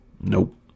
Nope